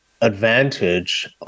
advantage